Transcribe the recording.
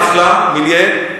מִילְיֶה.